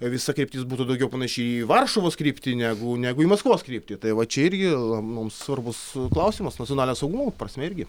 visa kryptis būtų daugiau panaši į varšuvos kryptį negu negu į maskvos kryptį tai va čia irgi mums svarbus klausimas nacionalinio saugumo prasme irgi